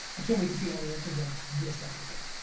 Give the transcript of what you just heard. i can't wait to see all the answers of this episode.